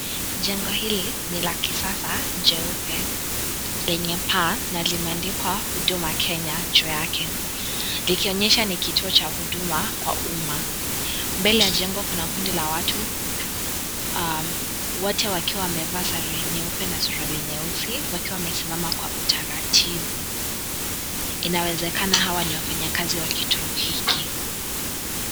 Jengo hili ni la kisasa jeupe lenye paa na limeandikwa Huduma Kenya juu yake. Likionyesha ni kituo cha huduma kwa umma. Mbele ya jengo kuna kundi la watu wote wakiwa wamevaa sare nyeupe na suruali nyeusi wakiwa wamesimama kwa utaratibu. Inawezekana hawa ni wafanyikazi wa kituo hiki.